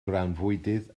grawnfwydydd